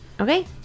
Okay